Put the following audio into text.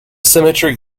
symmetry